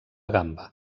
gamba